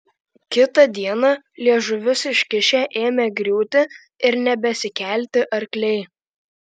kitą dieną liežuvius iškišę ėmė griūti ir nebesikelti arkliai